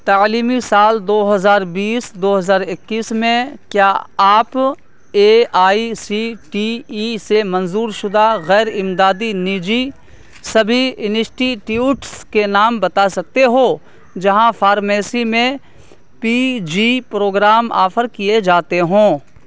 تعلیمی سال دو ہزار بیس دو ہزار اکیس میں کیا آپ A I C T E سے منظور شدہ غیر امدادی نجی سبھی انسٹیٹیوٹس کے نام بتا سکتے ہو جہاں فارمیسی میں پی جی پروگرام آفر کیے جاتے ہوں